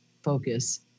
focus